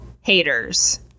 haters